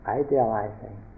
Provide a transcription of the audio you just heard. idealizing